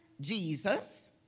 Jesus